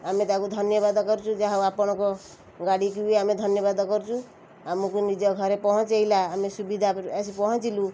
ଆମେ ତାକୁ ଧନ୍ୟବାଦ କରୁଛୁ ଯାହା ହଉ ଆପଣଙ୍କ ଗାଡ଼ିକୁ ବି ଆମେ ଧନ୍ୟବାଦ କରୁଛୁ ଆମକୁ ନିଜେ ଘରେ ପହଞ୍ଚାଇଲା ଆମେ ସୁବିଧା କରୁ ଆସି ପହଞ୍ଚିଲୁ